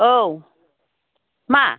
औ मा